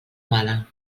mala